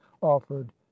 offered